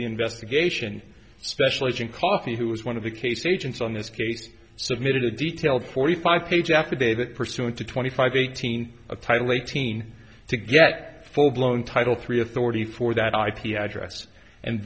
investigation special agent coffey who was one of the case agents on this case submitted a detailed forty five page affidavit pursuant to twenty five eighteen of title eighteen to get full blown title three authority for that ip address and